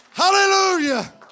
Hallelujah